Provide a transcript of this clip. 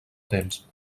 temps